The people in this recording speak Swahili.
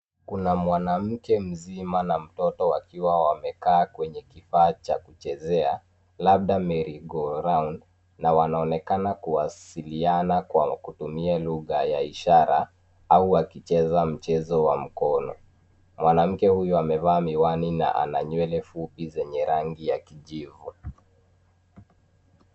Kuna mwanamke mzima na mtoto wakiwa wamekaa kwenye kifaa cha kuchezea labda merry-go-round na wanaonekana kuwasiliana kwa kutumia lugha ya ishara au wakicheza mchezo wa mkono. Mwanamke huyo amevaa miwani na ana nywele fupi za kijivu.